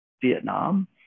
Vietnam